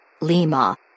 lima